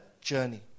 journey